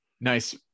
Nice